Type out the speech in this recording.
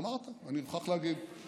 אמרת, אני מוכרח להגיד.